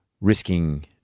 risking –